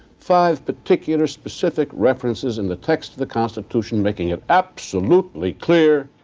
five particular specific references in the text of the constitution making it absolutely clear